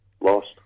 Lost